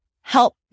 help